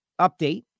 update